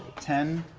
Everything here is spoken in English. ten